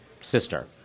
sister